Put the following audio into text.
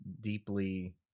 deeply